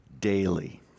daily